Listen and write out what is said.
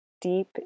deep